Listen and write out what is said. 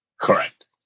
Correct